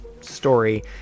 story